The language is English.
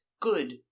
good